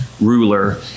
ruler